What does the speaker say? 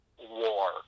war